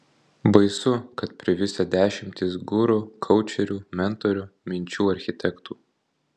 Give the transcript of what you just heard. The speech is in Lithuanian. baisu kad privisę dešimtys guru koučerių mentorių minčių architektų